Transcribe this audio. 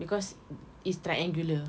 because it's triangular